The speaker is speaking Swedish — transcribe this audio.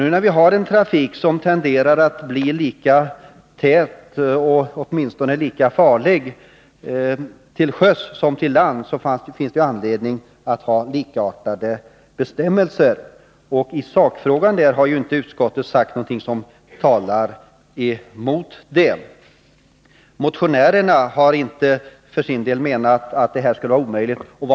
Nu när vi har en trafik som tenderar att bli lika tät — åtminstone lika farlig — till sjöss som till lands, så finns det anledning att ha likartade bestämmelser. I sakfrågan har ju inte utskottet sagt någonting som talar mot detta. Motionärerna har inte för sin del menat att det här förslaget skulle vara omöjligt.